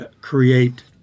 create